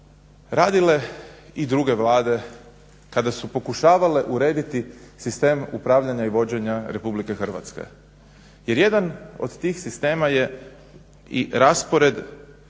radile i druge vlade kada su pokušavale urediti sistem upravljanja i vođenja RH. Jer jedan od tih sistema je i raspored